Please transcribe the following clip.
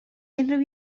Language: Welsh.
unrhyw